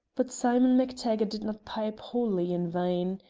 but simon mactaggart did not pipe wholly in vain.